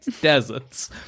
deserts